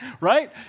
right